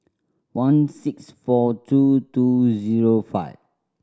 one six four two two zero five